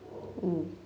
mm